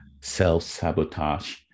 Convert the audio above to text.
self-sabotage